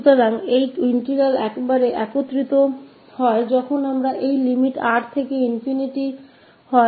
तो यह integral converges absolutely जब हमारे पास limit है 𝑅 से ∞ integrand की absolute value के साथ